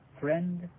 friend